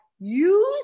use